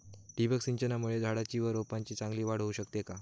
ठिबक सिंचनामुळे झाडाची व रोपांची चांगली वाढ होऊ शकते का?